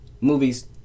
Movies